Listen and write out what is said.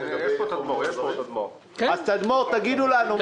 תגידו לנו.